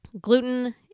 Gluten